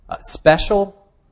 special